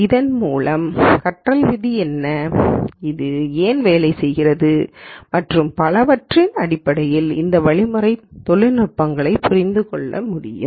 இதன் மூலம் கற்றல் விதி என்ன அது ஏன் வேலை செய்கிறது மற்றும் பலவற்றின் அடிப்படையில் இந்த வழிமுறைகளின் தொழில்நுட்ப விவரங்களையும் புரிந்து கொள்ள முடியும்